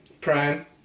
Prime